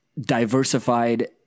diversified